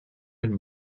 and